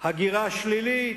הגירה שלילית,